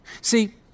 See